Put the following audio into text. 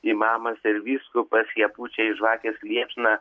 imamas ir vyskupas jie pučia į žvakės liepsną